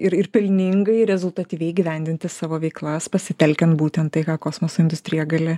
ir ir pelningai rezultatyviai įgyvendinti savo veiklas pasitelkiant būtent tai ką kosmoso industrija gali